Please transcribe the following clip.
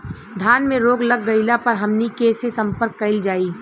धान में रोग लग गईला पर हमनी के से संपर्क कईल जाई?